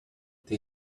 they